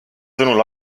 sõnul